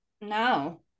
No